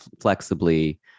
flexibly